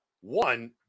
One